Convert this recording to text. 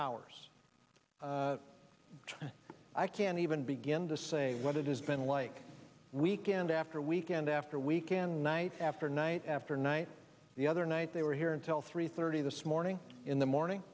hours i can't even begin to say what it has been like weekend after weekend after weekend night after night after night the other night they were here until three thirty this morning in the morning